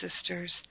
sisters